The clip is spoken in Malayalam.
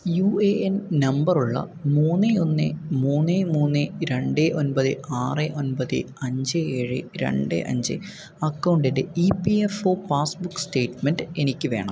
യു എ എൻ നമ്പറുള്ള മൂന്ന് ഒന്ന് മൂന്ന് മൂന്ന് രണ്ട് ഒൻപത് ആറ് ഒൻപത് അഞ്ച് ഏഴ് രണ്ട് അഞ്ച് അക്കൗണ്ടിൻ്റെ E P F O passbook statement എനിക്ക് വേണം